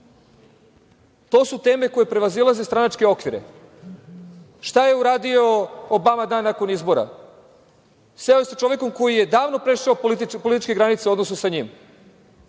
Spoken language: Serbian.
To su teme koje prevazilaze stranačke okvire. Šta je uradio Obama dan nakon izbora? Seo je sa čovekom koji davno prešao političke granice u odnosu sa njim.